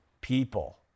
people